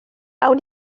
awn